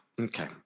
Okay